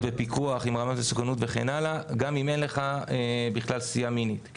בפיקוח עם רמת מסוכנות וכן הלאה גם אם אין לך בכלל סטייה מינית.